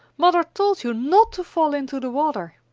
mother told you not to fall into the water!